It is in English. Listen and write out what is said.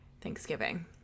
Thanksgiving